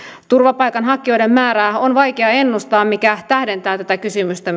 turvapaikanhakijoiden määrää on vaikea ennustaa mikä myös tähdentää tätä kysymystä